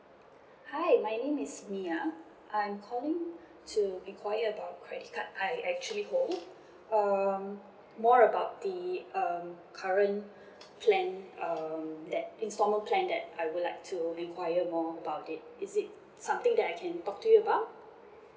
hi my name is mya I'm calling to enquire about credit card I actually hold um more about the um current plan um that instalment plan that I would like to enquire more about it is it something that I can talk to you about